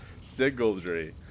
Sigildry